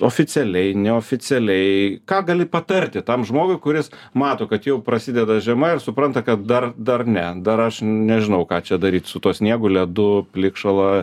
oficialiai neoficialiai ką gali patarti tam žmogui kuris mato kad jau prasideda žiema ir supranta kad dar dar ne dar aš nežinau ką čia daryti su tuo sniegu ledu plikšala